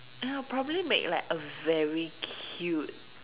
I'll probably make like a very cute